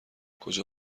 کجا